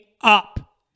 up